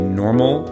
normal